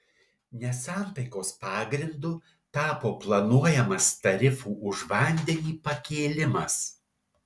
nesantaikos pagrindu tapo planuojamas tarifų už vandenį pakėlimas